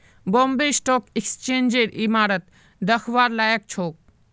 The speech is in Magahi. बॉम्बे स्टॉक एक्सचेंजेर इमारत दखवार लायक छोक